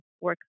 work